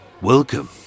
Welcome